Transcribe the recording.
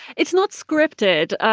it's not scripted,